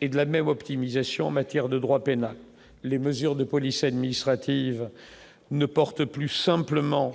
et de la même optimisation en matière de droit pénal, les mesures de police administrative ne porte plus simplement